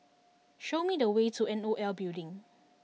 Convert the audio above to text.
show me the way to N O L Building